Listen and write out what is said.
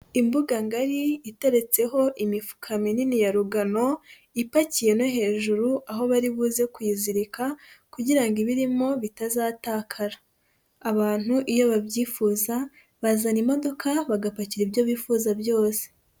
Imbuga ngari iteretseho imifuka minini ya rugano, ipakiye no hejuru aho bari buze kuyizirika kugirango ngo ibirimo bitazatakara, abantu iyo babyifuza bazana imodoka bagapakira ibyo bifuza byose.